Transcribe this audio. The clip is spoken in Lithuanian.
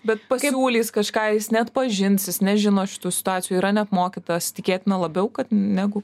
bet pasiūlys kažką jis neatpažins jis nežino šitų situacijų yra neapmokytas tikėtina labiau negu